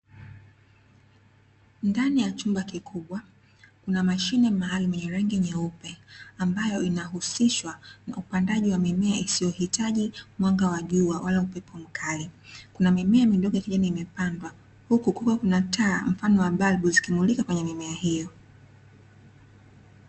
Ndani ya chumba kikubwa, kuna mashine maalumu yenye rangi nyeupe, ambayo inahusishwa na upanadaji wa mimea usiohitaji mwanga wa jua wa upepo mkali. Kuna mimea midogo ya kijani imepandwa, huku kukiwa na taa mfano wa balbu zikimulika katika mimea hiyo.